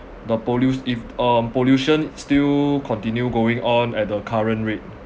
the pollut~ if um pollution still continue going on at the current rate